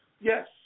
Yes